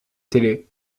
télé